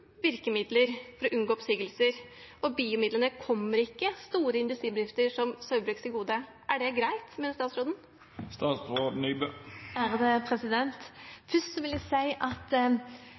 virkemidler for å unngå oppsigelser, og BIO-midlene kommer ikke store industribedrifter som Saugbrugs til gode. Mener statsråden det er greit? Først vil jeg si at